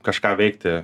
kažką veikti